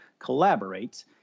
collaborates